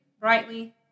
brightly